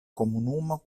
komunumo